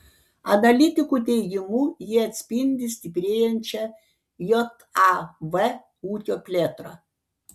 analitikų teigimu jie atspindi stiprėjančią jav ūkio plėtrą